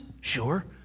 Sure